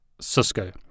Cisco